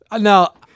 Now